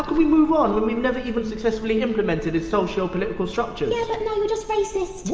we move on when we've never even successfully implemented his socio-political structures? yeah but no you're just racist. what?